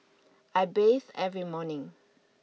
I bathe every morning